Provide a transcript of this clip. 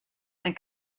and